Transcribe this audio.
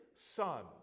Son